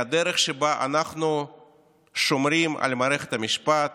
מהדרך שבה אנחנו שומרים על מערכת המשפט,